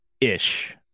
ish